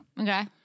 Okay